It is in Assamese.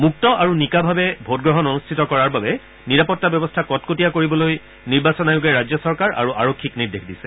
মুক্ত আৰু নিকাভাৱে ভোটগ্ৰহণ অনূষ্ঠিত কৰাৰ বাবে নিৰাপত্তা ব্যৱস্থা কটকটীয়া কৰিবলৈ নিৰ্বাচন আয়োগে ৰাজ্য চৰকাৰ আৰু আৰক্ষীক নিৰ্দেশ দিছে